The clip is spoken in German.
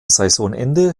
saisonende